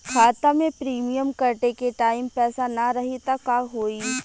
खाता मे प्रीमियम कटे के टाइम पैसा ना रही त का होई?